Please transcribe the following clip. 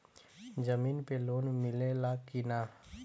जमीन पे लोन मिले ला की ना?